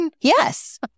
Yes